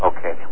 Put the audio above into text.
Okay